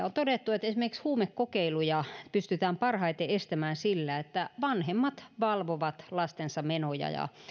on todettu että esimerkiksi huumekokeiluja pystytään parhaiten estämään sillä että vanhemmat valvovat lastensa menoja ja